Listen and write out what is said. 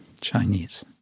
Chinese